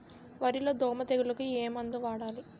వరిలో దోమ తెగులుకు ఏమందు వాడాలి?